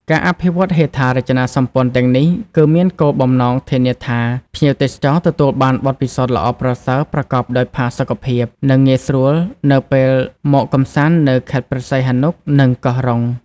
ការអភិវឌ្ឍហេដ្ឋារចនាសម្ព័ន្ធទាំងនេះ គឺមានគោលបំណងធានាថាភ្ញៀវទេសចរទទួលបានបទពិសោធន៍ល្អប្រសើរ ប្រកបដោយផាសុកភាព និងងាយស្រួលនៅពេលមកកម្សាន្តនៅខេត្តព្រះសីហនុ និងកោះរ៉ុង។